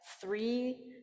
three